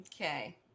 Okay